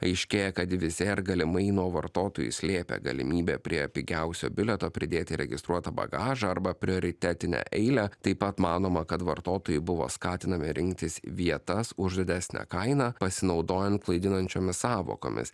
aiškėja kad visi ar galimai nuo vartotojų slėpę galimybę prie pigiausio bilieto pridėti registruotą bagažą arba prioritetinę eilę taip pat manoma kad vartotojai buvo skatinami rinktis vietas už didesnę kainą pasinaudojant klaidinančiomis sąvokomis